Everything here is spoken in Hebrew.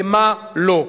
במה לא?